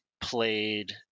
played